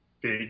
big